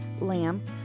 lamb